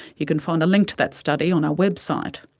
you can find a link to that study on our website.